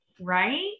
right